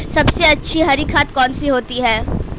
सबसे अच्छी हरी खाद कौन सी होती है?